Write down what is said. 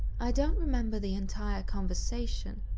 i don't remember the entire conversation.